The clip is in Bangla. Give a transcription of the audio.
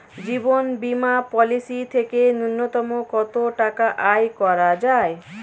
জীবন বীমা পলিসি থেকে ন্যূনতম কত টাকা আয় করা যায়?